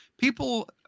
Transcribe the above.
people